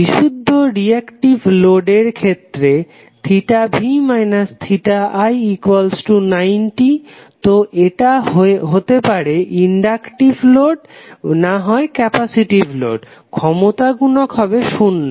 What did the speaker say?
বিশুদ্ধ রিঅ্যাক্টিভ লোডের ক্ষেত্রে v i90 তো এটা হয়ে পারে ইনডাক্টিভ লোড নাহয় ক্যাপাসিটিভ লোড ক্ষমতা গুনক হবে শূন্য